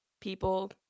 people